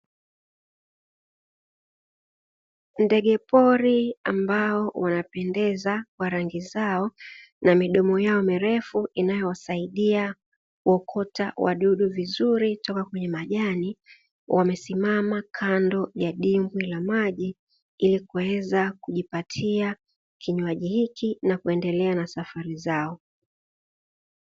Ndege pori ambao wanapendeza kwa rangi zao, na midomo yao mirefu inayowasaidia kuokota wadudu vizuri kutoka kwenye majani, wamesimama kando ya dimbwi la maji ili kuweza kujipatia kinywaji hiki na kuendelea na safari zao.